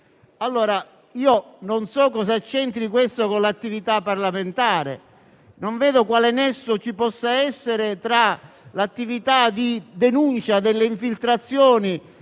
bile». Io non so cosa c'entri questo con l'attività parlamentare. Non vedo quale nesso ci possa essere tra l'attività di denunzia delle infiltrazioni